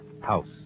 house